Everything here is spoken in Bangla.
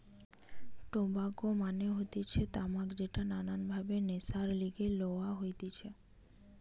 টোবাকো মানে হতিছে তামাক যেটা নানান ভাবে নেশার লিগে লওয়া হতিছে